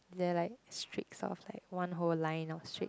ya like street sounds like whole line of street